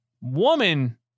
woman